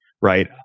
right